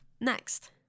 next